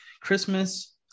christmas